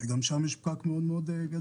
שגם שם יש פקק מאוד גדול.